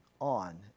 on